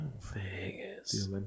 Vegas